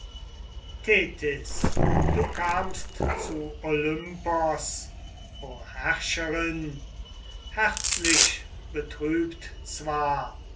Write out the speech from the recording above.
thetys du kamst zu olympos o herrscherin herzlich betrübt zwar